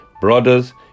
Brothers